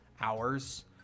hours